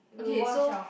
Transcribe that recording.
okay so